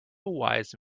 wise